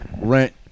Rent